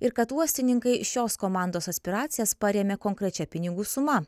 ir kad uostininkai šios komandos aspiracijas parėmė konkrečia pinigų suma